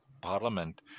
parliament